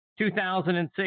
2006